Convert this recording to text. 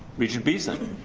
regent beeson.